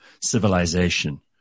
civilization